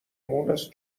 مونس